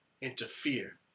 interfere